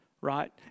right